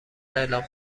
اعلام